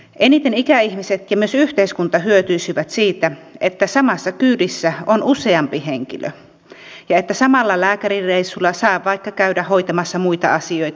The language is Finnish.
eniten ikäihmiset ja myös yhteiskunta hyötyisivät siitä että samassa kyydissä on useampi henkilö ja että samalla lääkärireissulla saa vaikka käydä hoitamassa muita asioita